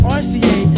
rca